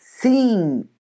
Sim